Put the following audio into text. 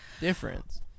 difference